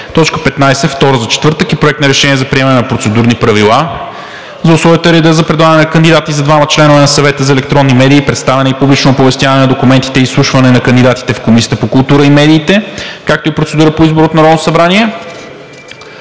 15. Проект на решение за приемане на Процедурни правила за условията и реда за предлагане на кандидати за двама членове на Съвета за електронни медии, представяне и публично оповестяване на документите и изслушване на кандидатите в Комисията по културата и медиите, както и процедурата за избор от Народното събрание.